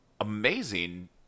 amazing